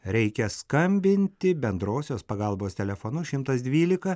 reikia skambinti bendrosios pagalbos telefonu šimtas dvylika